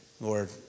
Lord